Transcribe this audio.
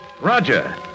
Roger